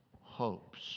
hopes